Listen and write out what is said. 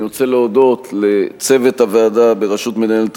אני רוצה להודות לצוות הוועדה בראשות מנהלת